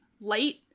Light